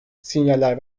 sinyaller